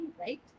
right